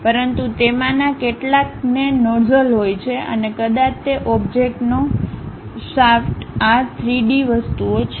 પરંતુ તેમાંના કેટલાકને નોઝલ હોય છે અને કદાચ તે ઓબ્જેક્ટનો શાફ્ટ આ 3D વસ્તુઓ છે